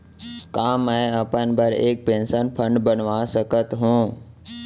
का मैं अपन बर एक पेंशन फण्ड बनवा सकत हो?